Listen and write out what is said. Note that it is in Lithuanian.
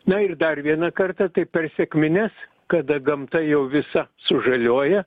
na ir dar vieną kartą tai per sekmines kada gamta jau visa sužaliuoja